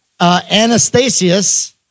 Anastasius